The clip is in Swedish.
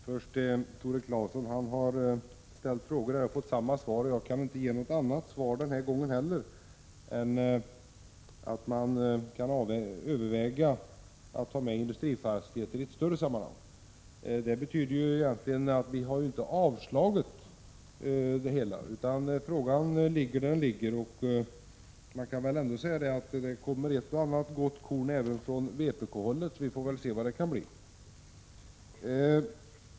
Fru talman! Tore Claeson har ställt frågor och fått samma svar hela tiden. Jag kan inte ge något annat svar denna gång heller än att man kan överväga 15 att ta med industrifastigheter i ett större sammanhang. Det betyder att vi inte har avfärdat tanken, utan frågan ligger där den ligger. Man kan säga att det kommer ett och annat gott korn även från vpk-håll, och vi får se vad resultatet blir.